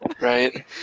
right